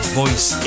voice